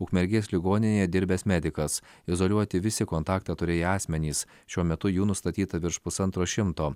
ukmergės ligoninėje dirbęs medikas izoliuoti visi kontaktą turėję asmenys šiuo metu jų nustatyta virš pusantro šimto